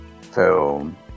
film